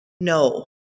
no